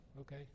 Okay